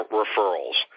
referrals